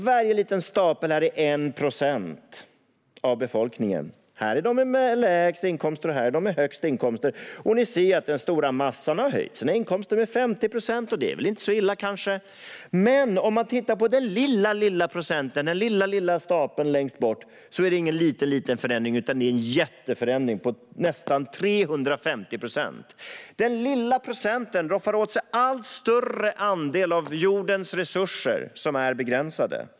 Varje liten stapel här är 1 procent av befolkningen. Till vänster finns de med lägst inkomster, och till höger finns de med högst inkomster. Ni ser att den stora massan har höjt sina inkomster med 50 procent. Det är kanske inte så illa. Men man kan titta på den lilla, lilla stapeln längst till höger. Då ser man att det inte är någon liten förändring, utan det är en jätteförändring på nästan 350 procent. Den lilla procenten roffar åt sig en allt större andel av jordens resurser, som är begränsade.